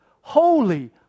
Holy